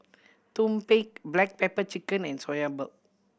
tumpeng black pepper chicken and Soya Milk